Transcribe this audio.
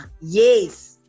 Yes